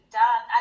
done